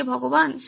হে ভগবান